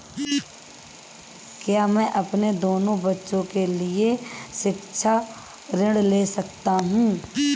क्या मैं अपने दोनों बच्चों के लिए शिक्षा ऋण ले सकता हूँ?